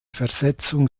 versetzung